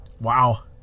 Wow